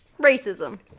Racism